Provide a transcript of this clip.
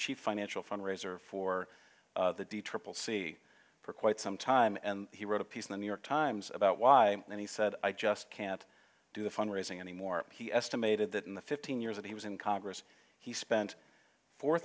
chief financial fundraiser for the triple c for quite some time and he wrote a piece in the new york times about why and he said i just can't do the fund raising anymore he estimated that in the fifteen years that he was in congress he spent four